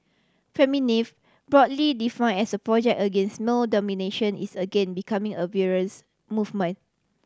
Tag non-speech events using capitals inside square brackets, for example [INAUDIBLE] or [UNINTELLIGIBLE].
[UNINTELLIGIBLE] broadly define as a project against male domination is again becoming a [UNINTELLIGIBLE] movement